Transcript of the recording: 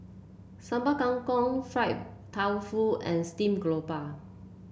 Sambal Kangkong Fried Tofu and stream grouper